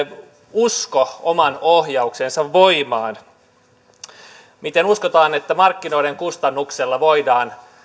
usko oman ohjauksensa voimaan se miten uskotaan että markkinoiden kustannuksella voidaan